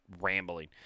rambling